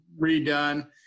redone